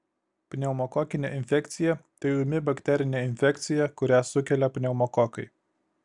pneumokokinė infekcija tai ūmi bakterinė infekcija kurią sukelia pneumokokai